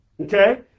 Okay